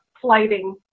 Flighting